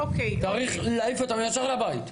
צריך להעיף אותם ישר לבית.